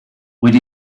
with